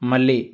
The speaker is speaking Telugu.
మళ్ళీ